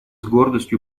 гордостью